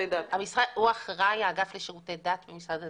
הוא אחראי האגף לשירותי דת במשרד הדתות?